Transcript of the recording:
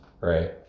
right